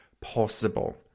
possible